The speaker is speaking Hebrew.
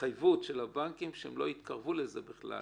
התחייבות של הבנקים שהם לא יתקרבו לזה בכלל.